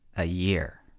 a year.